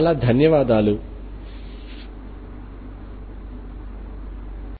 మీకు చాలా ధన్యవాదములు